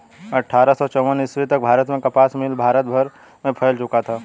अट्ठारह सौ चौवन ईस्वी तक भारत में कपास मिल भारत भर में फैल चुका था